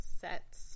sets